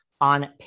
on